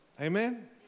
Amen